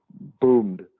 boomed